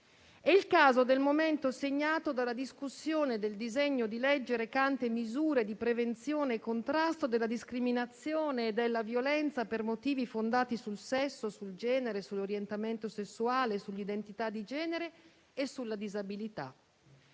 È il caso del momento segnato dalla discussione del disegno di legge recante misure di prevenzione e contrasto della discriminazione e della violenza per motivi fondati sul sesso, sul genere, sull'orientamento sessuale, sull'identità di genere e sulla disabilità.